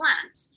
plant